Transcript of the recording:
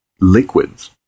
liquids